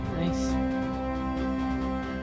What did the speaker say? Nice